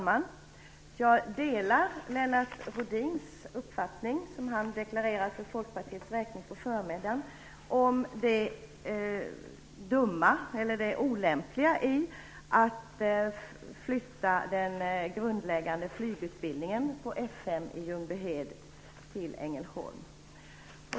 Fru talman! Jag delar den uppfattning som Lennart Rohdin deklarerat för Folkpartiets räkning under förmiddagen om det olämpliga i att flytta den grundläggande flygutbildningen på F 5 i Ljungbyhed till Ängelholm.